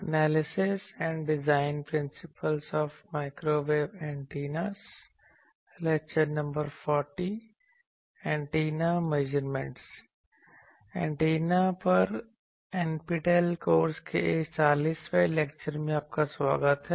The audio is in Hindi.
एंटीना पर NPTEL कोर्स के इस 40वें लेक्चर में आपका स्वागत है